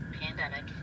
pandemic